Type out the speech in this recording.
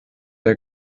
der